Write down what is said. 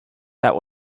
that